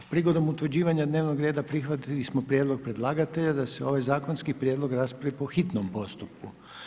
Prigodom utvrđivanja dnevnog reda prihvatili smo prijedlog predlagatelja da se ovaj zakonski prijedlog raspravi po hitnom postupku.